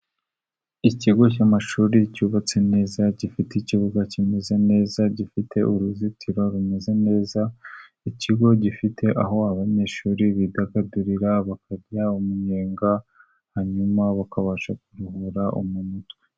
Ikigo cy'amashuri cyubatse neza gifite ikibuga kimeze neza gifite uruzitiro rumeze neza ikigo gifite aho abanyeshuri bidagadurira bakarya umunyenga hanyuma bakabasha kuruhura mu mutwe.